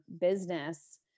business